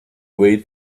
way